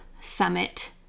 summit